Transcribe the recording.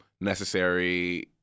necessary